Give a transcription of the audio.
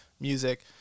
music